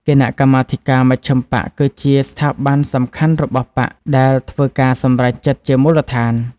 គណៈកម្មាធិការមជ្ឈិមបក្សគឺជាស្ថាប័នសំខាន់របស់បក្សដែលធ្វើការសម្រេចចិត្តជាមូលដ្ឋាន ។